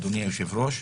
אדוני היושב-ראש,